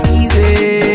easy